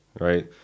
right